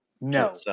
No